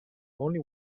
only